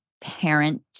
parent